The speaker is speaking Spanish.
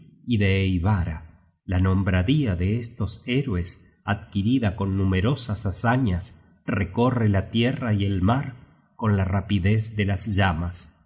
y de eivara la nombradla de estos héroes adquirida con numerosas hazañas recorre la tierra y el mar con la rapidez de las llamas